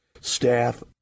staff